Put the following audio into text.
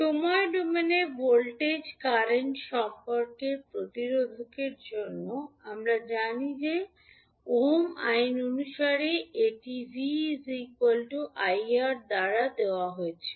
সময় ডোমেনে voltage current সম্পর্কের প্রতিরোধকের জন্য আমরা জানি যে ওহম আইন অনুসারে এটি 𝑣 𝑖𝑅 দ্বারা দেওয়া হয়েছিল